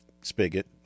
spigot